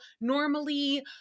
normally